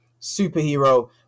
Superhero